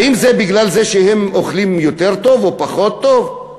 האם זה כי הם אוכלים יותר טוב או פחות טוב?